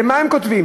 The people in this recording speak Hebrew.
ומה הם כותבים?